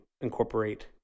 incorporate